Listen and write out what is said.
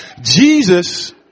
Jesus